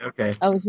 Okay